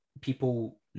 people